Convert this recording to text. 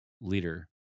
leader